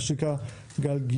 מה שנקרא גלגינוע.